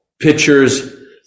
pictures